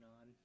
on